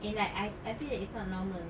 and like I I feel it's not normal